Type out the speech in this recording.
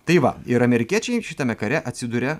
tai va ir amerikiečiai šitame kare atsiduria